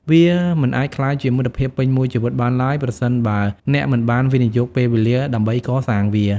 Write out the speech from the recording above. វាមិនអាចក្លាយជាមិត្តភាពពេញមួយជីវិតបានឡើយប្រសិនបើអ្នកមិនបានវិនិយោគពេលវេលាដើម្បីកសាងវា។